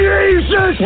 Jesus